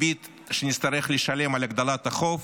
-- שנצטרך לשלם על הגדלת החוב,